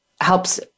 helps